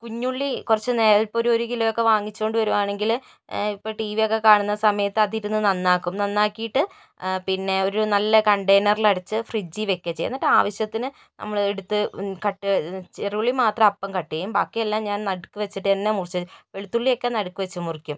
കുഞ്ഞുള്ളി കുറച്ച് നേരത്തെ ഇപ്പോൾ ഒരു കിലോയൊക്കെ വാങ്ങിച്ചുകൊണ്ട് വരികയാണെങ്കിൽ ഇപ്പോൾ ടിവിയൊക്കെ കാണുന്ന സമയത്ത് അതിരുന്നു നന്നാക്കും നന്നാക്കിയിട്ടു പിന്നെ ഒരു നല്ല കണ്ടയിനറിലടച്ച് ഫ്രിഡ്ജിൽ വയ്ക്കുകയാ ചെയ്യുക എന്നിട്ട് ആവശ്യത്തിനു നമ്മൾ എടുത്ത് കട്ട് ചെറിയുള്ളി മാത്രം അപ്പോൾ കട്ട് ചെയ്യും ബാക്കിയെല്ലാം ഞാന് നടുക്ക് വച്ചിട്ട് തന്നെ മുറിച്ചു വെളുത്തുള്ളി ഒക്കെ നടുക്ക് വച്ച് മുറിക്കും